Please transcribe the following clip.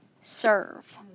serve